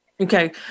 Okay